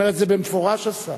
אומר את זה במפורש השר.